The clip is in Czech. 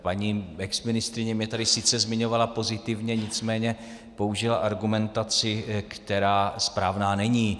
Paní exministryně mě tady sice zmiňovala pozitivně, nicméně použila argumentaci, která správná není.